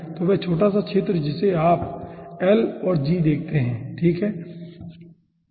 तो यह वह छोटा क्षेत्र है जिसे आप l और g देखते हैं ठीक है